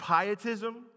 pietism